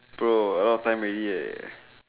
bro a lot of time already eh